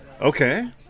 Okay